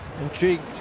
Intrigued